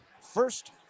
first